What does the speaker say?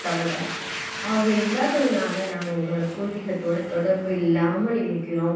கவலை அவங்க இல்லாததினால நாங்கள் எங்களோடய பூர்வீகத்தோடு தொடர்பு இல்லாமல் இருக்கிறோம்